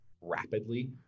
rapidly